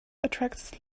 attracts